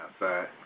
outside